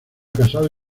casado